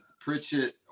Pritchett